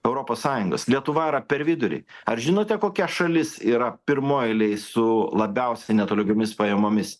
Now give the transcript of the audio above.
europos sąjungos lietuva yra per vidurį ar žinote kokia šalis yra pirmoj eilėj su labiausiai netolygiomis pajamomis